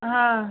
हाँ